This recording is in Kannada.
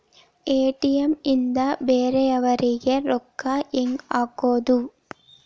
ಎ.ಟಿ.ಎಂ ನಿಂದ ಬೇರೆಯವರಿಗೆ ರೊಕ್ಕ ಹೆಂಗ್ ಹಾಕೋದು?